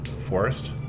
forest